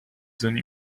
zones